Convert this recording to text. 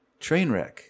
Trainwreck